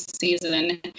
season